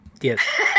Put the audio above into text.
Yes